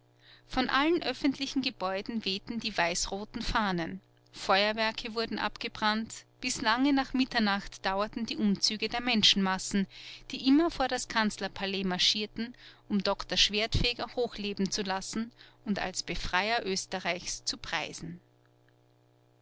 von allen öffentlichen gebäuden wehten die weiß roten fahnen feuerwerke wurden abgebrannt bis lange nach mitternacht dauerten die umzüge der menschenmassen die immer vor das kanzlerpalais marschierten um doktor schwertfeger hoch leben zu lassen und als befreier oesterreichs zu preisen